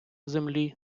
землі